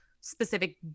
specific